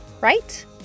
right